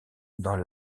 dans